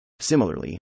Similarly